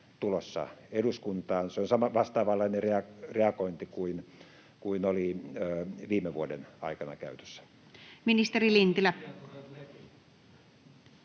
Se on vastaavanlainen reagointi kuin oli viime vuoden aikana käytössä.